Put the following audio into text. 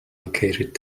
located